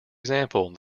example